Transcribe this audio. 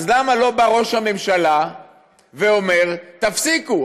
אז למה לא בא ראש הממשלה ואומר: תפסיקו?